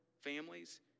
families